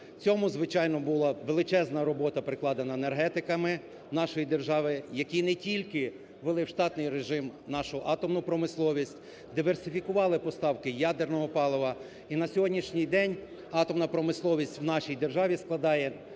Цьому, звичайно, була величезна робота прикладена енергетиками нашої держави, які не тільки ввели в штатний режим нашу атомну промисловість, диверсифікували поставки ядерного палива і на сьогоднішній день атомна промисловість в нашій державі складає